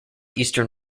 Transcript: eastern